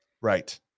Right